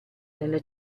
nella